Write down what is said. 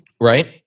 Right